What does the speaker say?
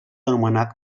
anomenat